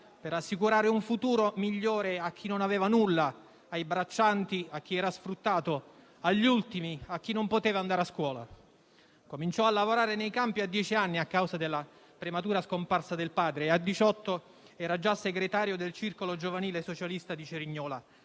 per assicurare un futuro migliore a chi non aveva nulla, ai braccianti, a chi era sfruttato, agli ultimi, a chi non poteva andare a scuola. Cominciò a lavorare nei campi a dieci anni a causa della prematura scomparsa del padre e a diciotto era già segretario del circolo giovanile socialista di Cerignola,